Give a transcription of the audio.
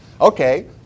Okay